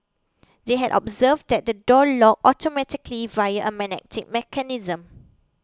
they had observed that the door locked automatically via a magnetic mechanism